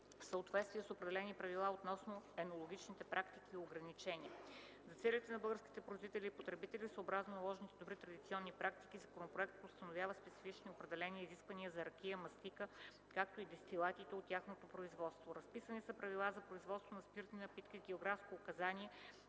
съответствие с определени правила относно енологичните практики и ограничения. За целите на българските производители и потребители, съобразно наложени добри традиционни практики, законопроектът установява специфични определения и изисквания за ракия, мастика, както и дестилатите за тяхното производство. Разписани са правила за производство на спиртни напитки с географско указание.